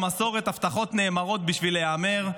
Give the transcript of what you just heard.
במסורת "הבטחות נאמרות בשביל להיאמר",